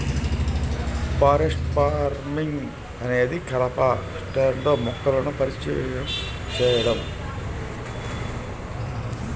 forest farming అనేది కలప స్టాండ్లో మొక్కలను పరిచయం చేయడం